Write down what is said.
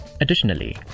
Additionally